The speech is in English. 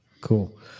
cool